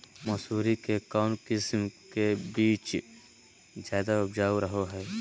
मसूरी के कौन किस्म के बीच ज्यादा उपजाऊ रहो हय?